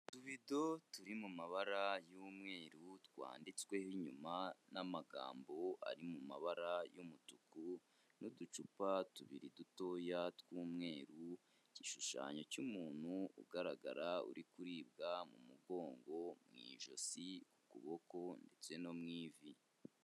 Utubido turi mu mabara y'umweru twanditsweho inyuma n'amagambo ari mu mabara y'umutuku n'uducupa tubiri dutoya tw'umweru, igishushanyo cy'umuntu ugaragara uri kuribwa mu mugongo, mu ijosi, ku kuboko ndetse no mu ivi.